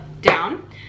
down